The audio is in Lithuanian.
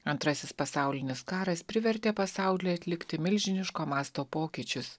antrasis pasaulinis karas privertė pasaulį atlikti milžiniško masto pokyčius